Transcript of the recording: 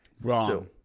Wrong